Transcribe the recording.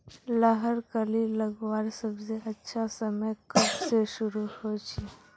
लहर कली लगवार सबसे अच्छा समय कब से शुरू होचए?